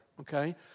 okay